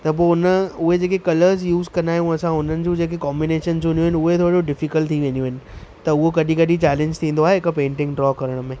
त पोइ हुन हुए जेके कलर्स यूज़ कंदा आहियूं असां उन्हनि जूं जेके काम्बिनेशनस हूंदियूं आहिनि उहे थोरो डिफ़िकल्ट थी वेंदियूं आहिनि त उहो कॾहिं कॾहिं चैलेंज थींदो आहे हिकु पेंटींग ड्रॉ करण में